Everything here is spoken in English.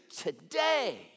today